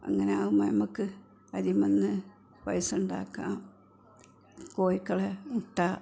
അങ്ങനെയാവുമ്പം നമുക്ക് അതിന്മേൽനിന്ന് പൈസയുണ്ടാക്കാം കോയിക്കളുടെ മുട്ട